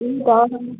full family